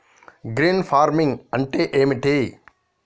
Green farming అంటే ఏమిటి?